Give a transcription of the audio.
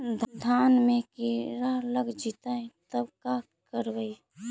धान मे किड़ा लग जितै तब का करबइ?